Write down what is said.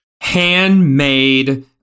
Handmade